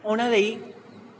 ਉਹਨਾਂ ਲਈ